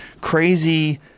crazy